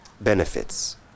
benefits